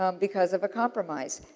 um because of a compromise.